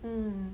mm